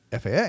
FAA